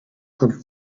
per